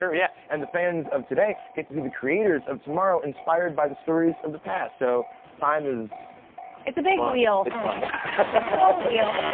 yeah. and the fans of today get to be the creators of tomorrow, inspired by the stories of the past. so time is it's a big wheel. it's fun. it's